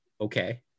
okay